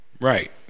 Right